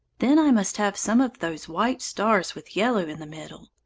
then i must have some of those white stars with yellow in the middle.